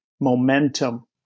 momentum